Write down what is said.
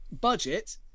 budget